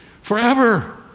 forever